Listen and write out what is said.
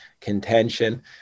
contention